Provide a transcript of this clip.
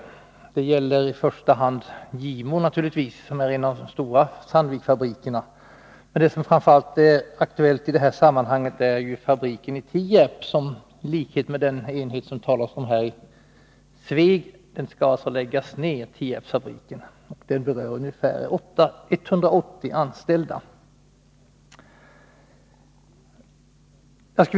Naturligtvis gäller det i första hand Gimo-fabriken som är en av de stora Sandviksfabrikerna, men vad som framför allt är aktuellt i detta sammanhang är fabriken i Tierp som, i likhet med enheten i Sveg, skall läggas ned. Ungefär 180 anställda berörs.